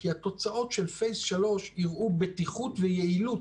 כי התוצאות של שלב שלוש הראו בטיחות ויעילות,